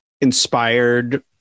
inspired